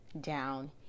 down